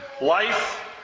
life